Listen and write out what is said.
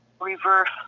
reverse